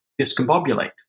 discombobulate